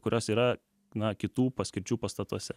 kurios yra na kitų paskirčių pastatuose